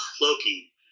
Loki